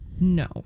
No